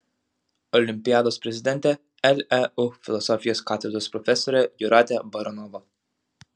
olimpiados prezidentė leu filosofijos katedros profesorė jūratė baranova